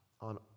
on